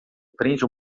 prende